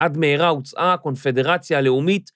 עד מהרה הוצאה הקונפדרציה הלאומית